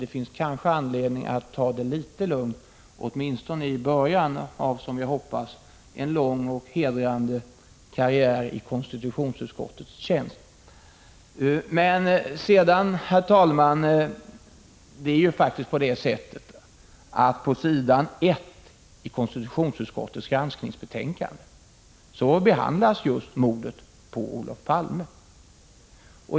Det finns 17 kanske anledning att ta det litet lugnt åtminstone i början av en, som jag hoppas, lång och hedrande bana i konstitutionsutskottets tjänst. Det är faktiskt på det sättet, herr talman, att på s. 1i konstitutionsutskottets granskningsbetänkande behandlas just mordet på Olof Palme.